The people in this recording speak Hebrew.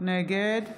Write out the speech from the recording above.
נגד